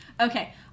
okay